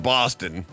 Boston